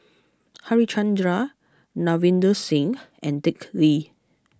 Harichandra Ravinder Singh and Dick Lee